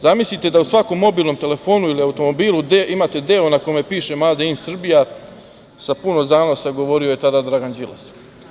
Zamislite da u svakom mobilnom telefonu ili automobilu gde imate deo na kome piše „made in Serbia.“, sa puno zanosa govori je tada Dragan Đilas.